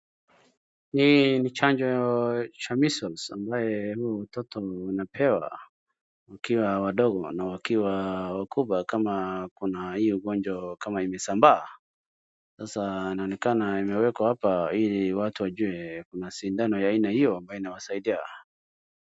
Hii ni chanjo cha measles ambaye huwa watoto wanapewa wakiwa wadogo na wakiwa wakubwa kama kuna hiyo ugonjwa kama imesambaa. Sasa inaonekana imewekwa hapa ili watu wajue kuna sindano ya aina hiyo ambaye inawasaidia.